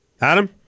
Adam